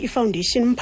Foundation